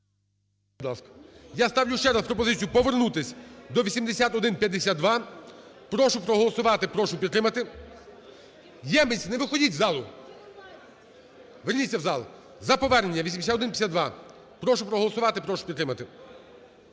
Я ставлю ще раз пропозицію повернутись до 8152. Прошу проголосувати і прошу підтримати. Ємець, не виходить з залу! Верніться в зал! За повернення 8152 прошу проголосувати і прошу підтримати.